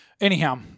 Anyhow